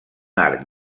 arc